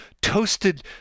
toasted